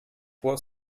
può